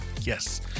Yes